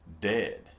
dead